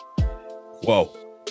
Whoa